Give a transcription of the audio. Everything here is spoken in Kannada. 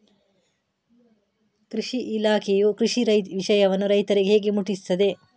ಕೃಷಿ ಇಲಾಖೆಯು ಕೃಷಿಯ ವಿಷಯವನ್ನು ರೈತರಿಗೆ ಹೇಗೆ ಮುಟ್ಟಿಸ್ತದೆ?